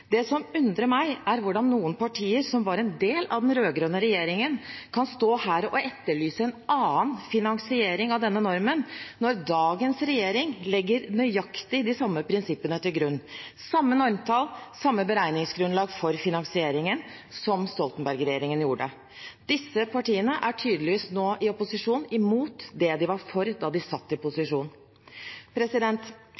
Det som undrer meg, er hvordan noen partier som var en del av den rød-grønne regjeringen, kan stå her og etterlyse en annen finansiering av denne normen, når dagens regjering legger nøyaktig de samme prinsippene til grunn – samme normtall og samme beregningsgrunnlag for finansieringen – som Stoltenberg-regjeringen gjorde. Disse partiene er nå i opposisjon tydeligvis imot det de var for da de satt i